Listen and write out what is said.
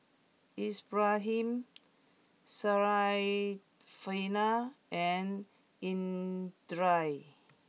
Ibrahim Syarafina and Indra